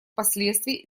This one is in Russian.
последствий